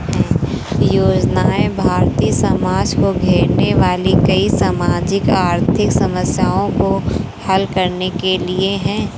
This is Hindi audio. योजनाएं भारतीय समाज को घेरने वाली कई सामाजिक आर्थिक समस्याओं को हल करने के लिए है